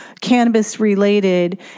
cannabis-related